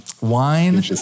wine